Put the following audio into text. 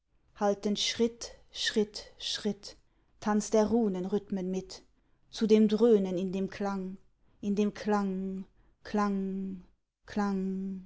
haltend schritt schritt schritt tanzt er runenrhythmen mit zu dem dröhnen in dem klang in dem klang klang klang